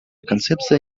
концепция